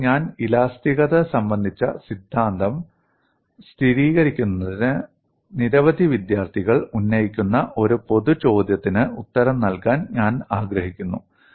ഇപ്പോൾ ഞാൻ ഇലാസ്തികത സംബന്ധിച്ച സിദ്ധാന്തം സ്വീകരിക്കുന്നതിനുമുമ്പ് നിരവധി വിദ്യാർത്ഥികൾ ഉന്നയിക്കുന്ന ഒരു പൊതു ചോദ്യത്തിന് ഉത്തരം നൽകാൻ ഞാൻ ആഗ്രഹിക്കുന്നു